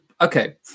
okay